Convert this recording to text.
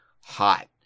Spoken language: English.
hot